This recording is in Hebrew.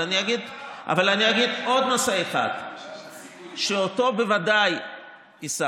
אבל אני אגיד עוד נושא אחד שאותו בוודאי השגנו.